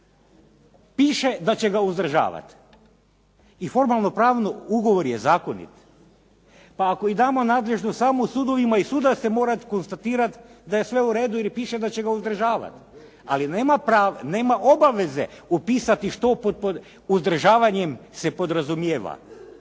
piše da će ga uzdržavati. I formalno pravno ugovor je zakonit. Pa ako i damo nadležnost samo u sudovima i ../Govornik se ne razumije./… konstatirat da je sve u redu jer piše da će ga uzdržavati. Ali nema pravo, nema obaveze upisati što pod uzdržavanjem se podrazumijeva.